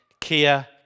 kia